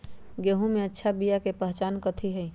गेंहू के अच्छा बिया के पहचान कथि हई?